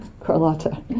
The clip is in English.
Carlotta